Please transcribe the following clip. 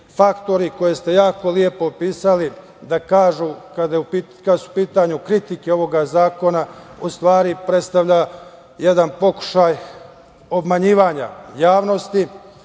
faktori, koje ste jako lepo opisali, kažu kada su u pitanju kritike ovog zakona u stvari predstavlja jedan pokušaj obmanjivanja javnosti,